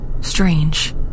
Strange